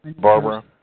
Barbara